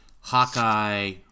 Hawkeye